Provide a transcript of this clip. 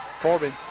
Corbin